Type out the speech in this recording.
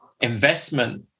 investment